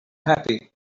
happy